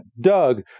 Doug